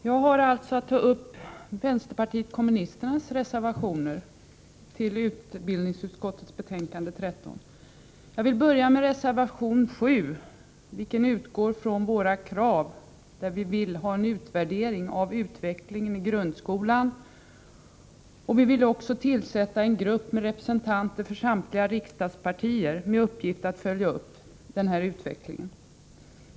Fru talman! Jag har att ta upp vänsterpartiet kommunisternas reservationer till utbildningsutskottets betänkande 13. Jag vill börja med reservation 7, vilken utgår från våra krav om en utvärdering av utvecklingen i grundskolan. Vi vill också att en grupp tillsätts med representanter för samtliga riksdags partier med uppgift att följa upp denna utveckling.